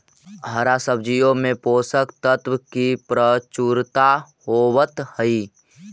हरा सब्जियों में पोषक तत्व की प्रचुरता होवत हई